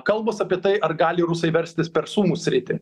kalbos apie tai ar gali rusai verstis per sumų sritį